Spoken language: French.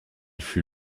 fut